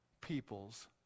people's